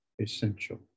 essential